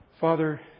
Father